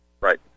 Right